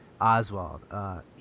Oswald